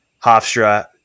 Hofstra